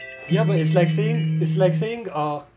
ya but it's like saying it's like saying uh